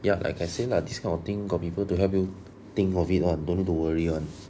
ya like I say lah this kind of thing got people to help you think of it [one] don't need to worry [one]